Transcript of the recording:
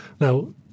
Now